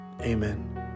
amen